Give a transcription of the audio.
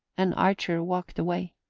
and archer walked away.